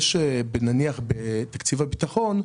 נניח בתקציב הביטחון,